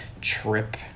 trip